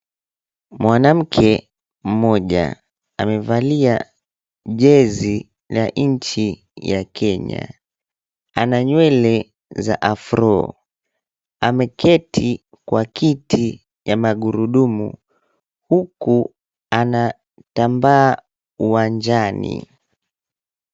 Mwanamke mmoja amevalia jezi na nchi ya Kenya. Ana nywele za afro . Ameketi kwa kiti ya magurudumu huku anatambaa uwanjani.